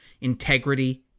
Integrity